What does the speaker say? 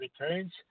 returns